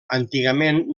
antigament